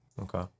Okay